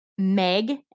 Meg